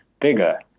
bigger